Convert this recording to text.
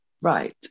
Right